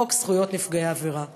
חוק זכויות נפגעי עבירה.